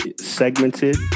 segmented